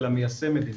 אלה מיישם מדיניות.